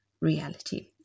reality